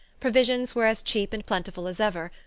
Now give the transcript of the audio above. provisions were as cheap and plentiful as ever,